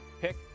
pick